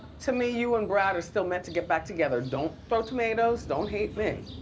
to me, you and brad are still meant to get back together. don't throw tomatoes, don't hate me.